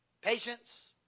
patience